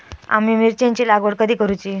आम्ही मिरचेंची लागवड कधी करूची?